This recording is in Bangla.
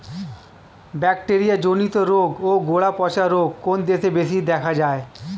ব্যাকটেরিয়া জনিত রোগ ও গোড়া পচা রোগ কোন দেশে বেশি দেখা যায়?